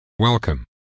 Welcome